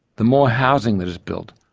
the more housing that is built,